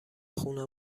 خونه